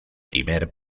primer